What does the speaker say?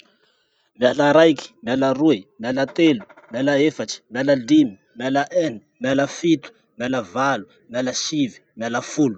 Miala raiky, miala roe, miala telo, miala efatsy, miala limy, miala eny, miala fito, miala valo, miala sivy, miala folo.